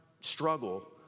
struggle